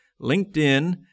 LinkedIn